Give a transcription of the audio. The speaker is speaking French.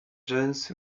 jones